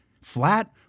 Flat